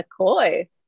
mccoy